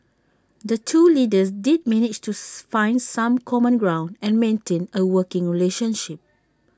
the two leaders did manage to find some common ground and maintain A working relationship